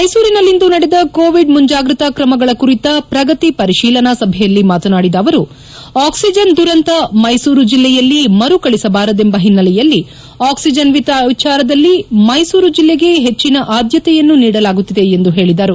ಮೈಸೂರಿನಲ್ಲಿಂದು ನಡೆದ ಕೋವಿಡ್ ಮುಂಜಾಗೃತ ಕ್ರಮಗಳ ಕುರಿತ ಪ್ರಗತಿ ಪರಿಶೀಲನಾ ಸಭೆಯಲ್ಲಿ ಮಾತನಾಡಿದ ಅವರು ಆಕ್ವಿಜನ್ ದುರಂತ ಮೈಸೂರು ಜಿಲ್ಲೆಯಲ್ಲಿ ಮರುಕಳಿಸಬಾರದೆಂಬ ಹಿನ್ನೆಲೆಯಲ್ಲಿ ಆಕ್ಷಿಜನ್ ವಿಚಾರದಲ್ಲಿ ಮೈಸೂರು ಜಿಲ್ಲೆಗೆ ಹೆಜ್ಜಿನ ಆದ್ಯತೆಯನ್ನು ನೀಡಲಾಗುತ್ತಿದೆ ಎಂದು ಹೇಳಿದರು